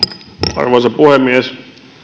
arvoisa puhemies